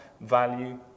value